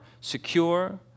secure